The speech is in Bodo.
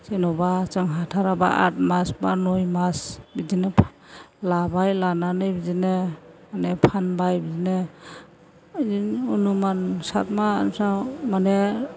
जेनेबा जों हाथाराबा आद मास बा नय मास बिदिनो लाबाय लानानै बिदिनो माने फानबाय बिदिनो बिदिनो अनुमान सात मासाव माने